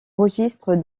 registre